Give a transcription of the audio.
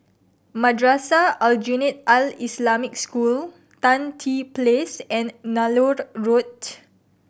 Madrasah Aljunied Al Islamic School Tan Tye Place and Nallur Road